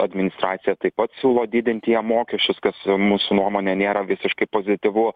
administracija taip pat siūlo didint jiem mokesčius kas mūsų nuomone nėra visiškai pozityvu